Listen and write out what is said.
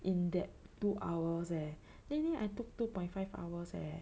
in that two hours leh then then I took two point five hours leh